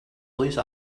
police